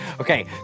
Okay